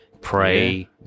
pray